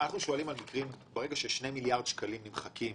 אנחנו שואלים על מקרים שברגע ששני מיליארד שקלים נמחקים,